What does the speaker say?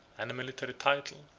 and a military title,